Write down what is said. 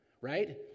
right